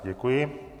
Děkuji.